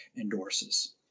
endorses